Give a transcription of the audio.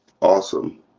Awesome